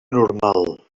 normal